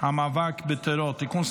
המאבק בטרור (תיקון,